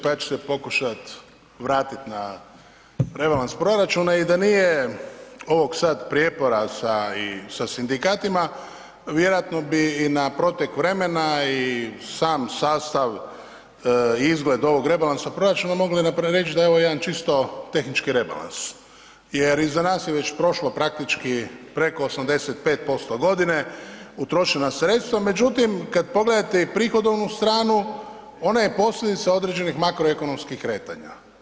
Pa ja ću se pokušati vratit na rebalans proračuna i da nije ovog sad prijepora, sa i sa sindikatima vjerojatno bi i na protek vremena i sam sastav i izgled ovog rebalansa proračuna mogli reći da je ovo jedan čisto tehnički rebalans, jer iza nas je već prošlo praktički preko 85% godine, utrošena sredstva, međutim kad pogledate i prihodovnu stranu ona je posljedica određenih makroekonomskih kretanja.